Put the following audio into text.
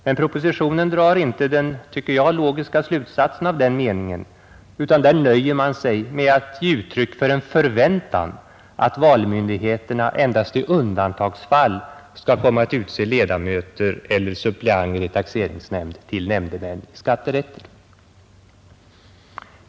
Men propositionen drar inte den logiska slutsatsen av denna mening, utan den nöjer sig med att ge uttryck för en förväntan att valmyndigheterna endast i undantagsfall skall komma att utse ledamöter eller suppleanter i taxeringsnämnd till nämndemän i skatterätter.